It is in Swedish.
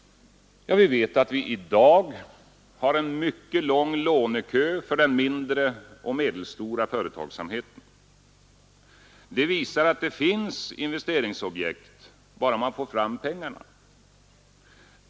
Vi vet att vi i dag har en mycket lång lånekö för den mindre och medelstora företagsamheten. Det visar att det finns investeringsobjekt bara man får fram pengarna.